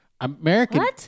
American